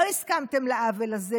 לא הסכמתם לעוול הזה.